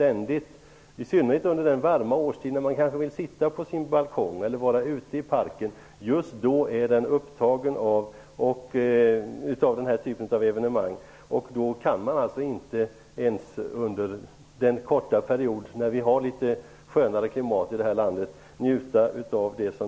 Under den varma årstiden när de kanske vill sitta på sin balkong eller vara ute i parken pågår sådana här evenemang. De kan alltså inte ens under den korta period när vi har ett litet skönare klimat i det här landet njuta av det.